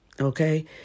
Okay